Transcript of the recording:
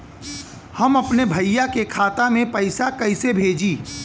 हम अपने भईया के खाता में पैसा कईसे भेजी?